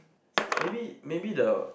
maybe maybe the